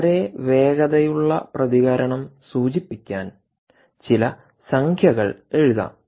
വളരെ വേഗതയുള്ള പ്രതികരണം സൂചിപ്പിക്കാൻ ചില സംഖ്യകൾ എഴുതാം